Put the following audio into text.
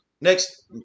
next